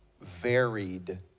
varied